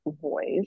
voice